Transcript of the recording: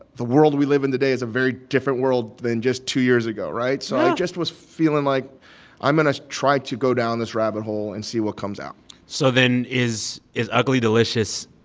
the world we live in today is a very different world than just two years ago, right? so i just was feeling like i'm going to try to go down this rabbit hole and see what comes out so then is is ugly delicious,